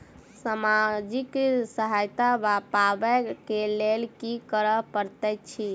सामाजिक सहायता पाबै केँ लेल की करऽ पड़तै छी?